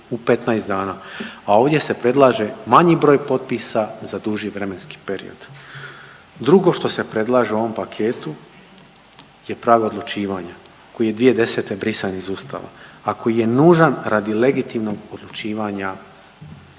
u 15 dana, a ovdje se predlaže manji broj potpisa za duži vremenski period. Drugo što se predlaže u ovom paketu jer pravo odlučivanja koji je 2010. brisan iz Ustava, a koji je nužan radi legitimnog odlučivanja